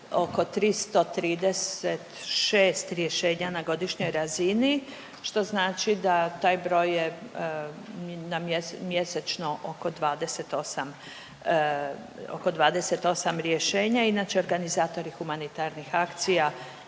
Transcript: oko 336 rješenja na godišnjoj razini, što znači da taj broj je mjesečno oko 28 rješenja. Inače organizatori humanitarnih akcija